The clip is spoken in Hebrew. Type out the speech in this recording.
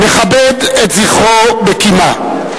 נכבד את זכרו בקימה.